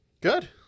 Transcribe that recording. good